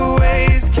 ways